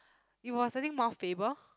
it was I think Mount Faber